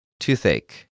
toothache